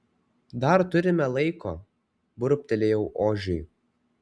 dar turime laiko burbtelėjau ožiui